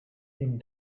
dem